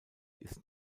ist